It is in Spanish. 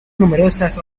numerosas